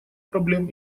проблем